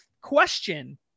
question